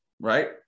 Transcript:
right